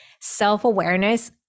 self-awareness